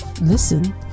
Listen